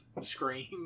scream